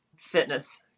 Fitness